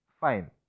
fine